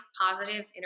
positive